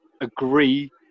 agree